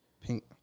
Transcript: Pink